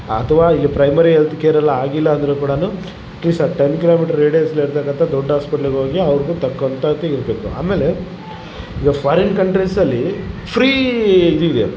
ಅಥ್ವ ಇಲ್ಲಿ primary health ಕೇರೆಲ್ಲಾ ಆಗಿಲ್ಲ ಅಂದ್ರು ಕೂಡ ಟೆನ್ ಕಿಲೋಮೀಟ್ರ್ ರೇಡಿಯಸಲ್ಲಿ ಇರ್ತಕ್ಕಂಥ ದೊಡ್ಡ ಹಾಸ್ಪಿಟ್ಲಿಗೋಗಿ ಅವ್ರದ್ದು ತಕ್ಕಂಥತಿಗ್ ಇರಬೇಕು ಆಮೇಲೆ ಈಗ ಫಾರಿನ್ ಕಂಟ್ರೀಸಲ್ಲಿ ಫ್ರೀ ಇದಿದೆ